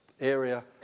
area